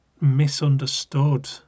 misunderstood